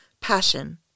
Passion